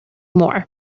more